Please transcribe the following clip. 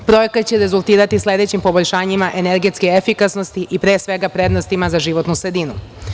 Projekat će rezultirati sledećim poboljšanjima energetske efikasnosti i pre svega prednostima za životnu sredinu.